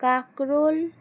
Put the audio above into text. কাঁকরোল